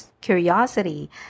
curiosity